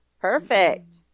Perfect